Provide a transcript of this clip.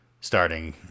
starting